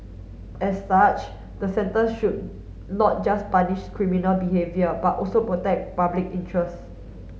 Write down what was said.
as such the sentence should not just punish criminal behaviour but also protect public interest